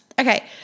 Okay